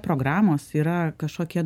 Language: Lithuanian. programos yra kažkokie